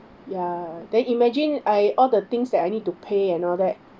ya then imagine I all the things that I need to pay and all that